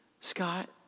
Scott